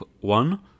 one